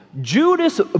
Judas